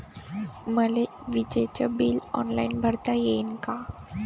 मले विजेच bill online भरता येईन का?